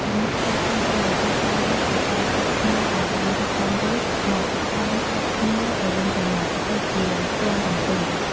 ដំណាក់កាលចុងក្រោយ គឺការយកសរសៃស្លឹកត្នោតដែលបានរៀបចំរួច មក ត្បាញឆ្លាស់គ្នាទៅវិញទៅមក ទៅជាផ្ទាំងកន្ទេល។